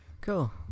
cool